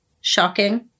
Shocking